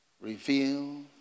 reveal